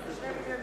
הצעת חוק מס